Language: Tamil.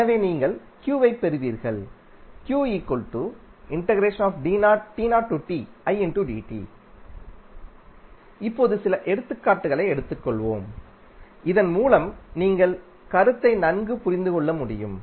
எனவே நீங்கள் Q ஐப் பெறுவீர்கள் இப்போது சில எடுத்துக்காட்டுகளை எடுத்துக்கொள்வோம் இதன் மூலம் நீங்கள் கருத்தை நன்கு புரிந்து கொள்ள முடியும்